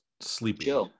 sleepy